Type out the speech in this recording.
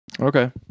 Okay